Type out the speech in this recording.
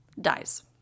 dies